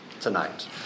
tonight